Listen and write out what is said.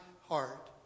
heart